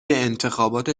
انتخابات